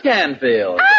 Canfield